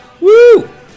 Woo